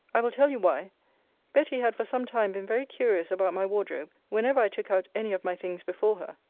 i will tell you why betty had for some time been very curious about my wardrobe, whenever i took out any of my things before her.